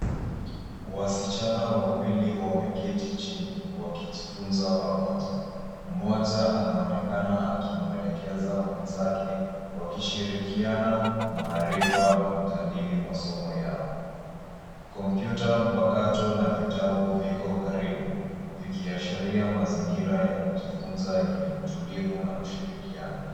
Wasichana wawili wameketi chini, wakijifunza pamoja. Mmoja anaonekana akimuelekeza mwenzake wakishirikiana maarifa na kujadili masomo yao. Komputa mpakato na vitabu viko karibu, vikiashiria mazingira ya kujifunza yenye, utulivu na ushirikiano.